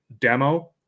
demo